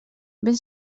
ben